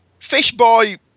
Fishboy